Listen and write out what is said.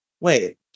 Wait